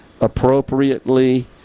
appropriately